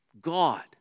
God